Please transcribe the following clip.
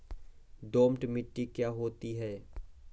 दोमट मिट्टी क्या होती हैं?